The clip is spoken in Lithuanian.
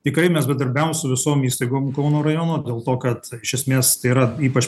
tikrai mes bendarbiavom su visom įstaigom kauno rajono dėl to kad iš esmės tai yra ypač